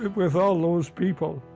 with all those people.